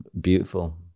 Beautiful